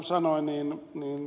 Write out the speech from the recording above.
aivan kuten ed